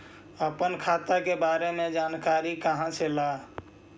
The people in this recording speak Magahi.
अपन खाता के बारे मे जानकारी कहा से ल?